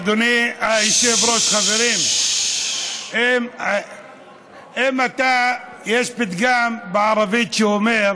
אדוני היושב-ראש, חברים, יש פתגם בערבית שאומר: